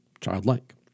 childlike